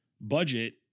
budget